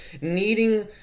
needing